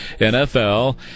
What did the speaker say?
NFL